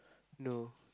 no